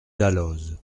dalloz